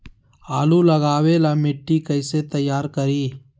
आलु लगावे ला मिट्टी कैसे तैयार करी?